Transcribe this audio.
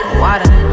water